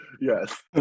Yes